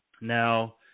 Now